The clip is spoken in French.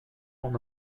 mon